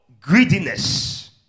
greediness